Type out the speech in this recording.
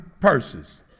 purses